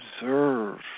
observe